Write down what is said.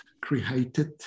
created